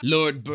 Lord